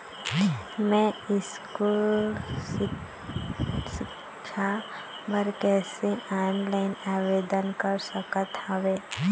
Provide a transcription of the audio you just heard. मैं स्कूल सिक्छा बर कैसे ऑनलाइन आवेदन कर सकत हावे?